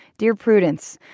dear prudence,